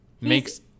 makes